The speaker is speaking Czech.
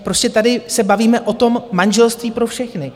Prostě tady se bavíme o tom manželství pro všechny.